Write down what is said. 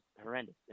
horrendous